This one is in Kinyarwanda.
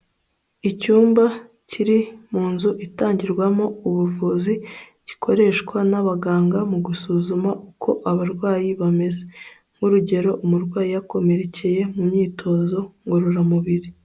Icyumba kiri mu nzu itangirwamo ubuvuzi, gikoreshwa n'abaganga mu gusuzuma uko abarwayi bameze nk'urugero, umurwayi yakomerekeye mu myitozo ngororamubiri.